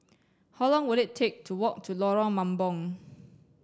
how long will it take to walk to Lorong Mambong